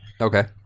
Okay